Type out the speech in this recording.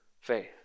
faith